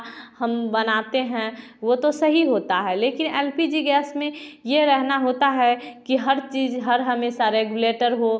हम बनाते हैं वह तो सही होता है लेकिन एल पी जी गैस में यह रहना होता है कि हर चीज़ हर हमेशा रेगुलेटर हो